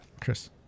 Chris